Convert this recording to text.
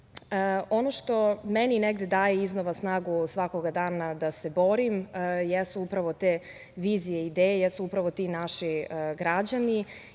što meni negde daje iznova snagu svakog dana da se borim, jesu upravo te vizije i ideje, jesu upravo ti naši građani